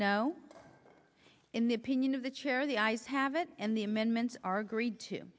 no in the opinion of the chair the eyes have it and the amendments are agreed to